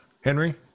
Henry